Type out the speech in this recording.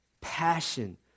passion